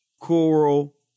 Choral